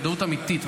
הזדהות אמיתית,